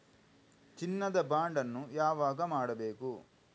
ಚಿನ್ನ ದ ಬಾಂಡ್ ಅನ್ನು ಯಾವಾಗ ಮಾಡಬೇಕು?